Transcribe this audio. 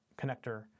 connector